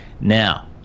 now